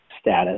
status